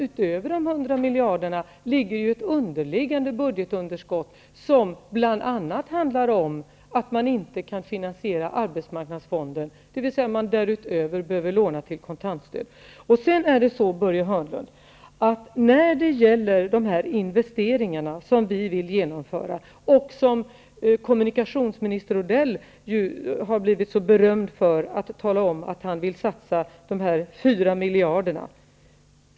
Utöver de hundra miljarderna finns ett underliggande budgetunderskott som bl.a. handlar om att man inte kan finansiera arbetsmarknadsfonden, dvs. att man därutöver behöver låna till kontantstöd. Så några ord om de investeringar som vi vill genomföra -- kommunikationsminister Odell har ju blivit berömd för att han vill satsa de här 4 miljarderna.